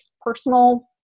personal